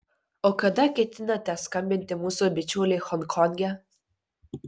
o kada ketinate skambinti mūsų bičiuliui honkonge